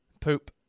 Poop